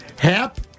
Hap